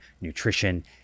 nutrition